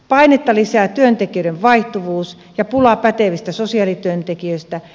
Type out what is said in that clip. painetta lisää työntekijöiden vaihtuvuus ja pula pätevistä sosiaalityöntekijöistä